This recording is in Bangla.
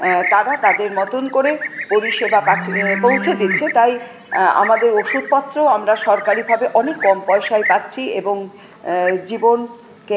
তারা তাদের মতোন করে পরিষেবা পৌঁছে দিচ্ছে তাই আমাদের ওষুধপত্র আমরা সরকারিভাবে অনেক কম পয়সায় পাচ্ছি এবং জীবনকে